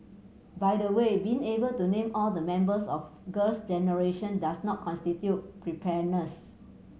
by the way being able to name all the members of Girls Generation does not constitute preparedness